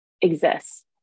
exists